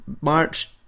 March